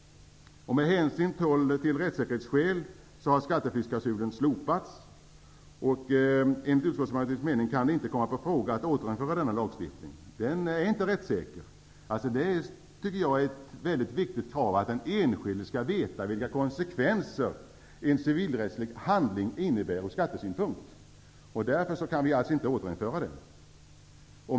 Med hänsyn till rättssäkerhetsskäl har skatteflyktsklausulen slopats. Enligt utskottsmajoritetens mening kan det inte komma på fråga att återinföra denna lagstiftning. Skatteflyktsklausulen är inte rättssäker. Det är ett rimligt krav att den enskilde skall veta vilka konsekvenser en civilrättslig handling innebär från skattesynpunkt. Därför kan inte skatteklausulen återinföras.